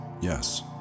Yes